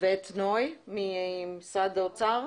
ממשרד האוצר?